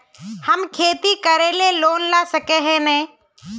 हम खेती करे ले लोन ला सके है नय?